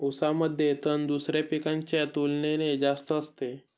ऊसामध्ये तण दुसऱ्या पिकांच्या तुलनेने जास्त असते